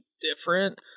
different